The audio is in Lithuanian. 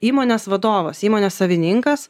įmonės vadovas įmonės savininkas